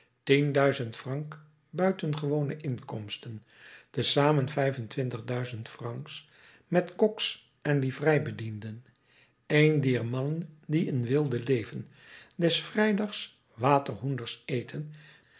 fr buitengewone inkomsten te zamen vijf-en-twintig duizend francs met koks en livreibedienden een dier mannen die in weelde leven des vrijdags waterhoenders eten